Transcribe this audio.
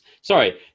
Sorry